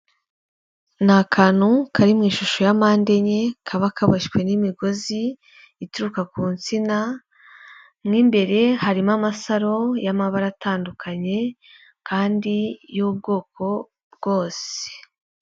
Ni akantu kari mu ishusho ya mpande enye kaba kaboshywe n'imigozi ituruka ku nsina, mu imbere harimo amasaro y'amabara atandukanye kandi y'ubwoko bwose.